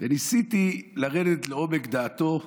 וניסיתי לרדת לעומק דעתו,